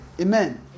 Amen